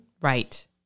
Right